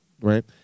right